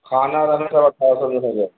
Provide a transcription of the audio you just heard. खाना